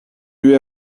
rue